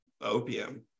opium